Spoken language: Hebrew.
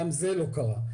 גם זה לא קרה.